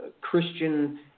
Christian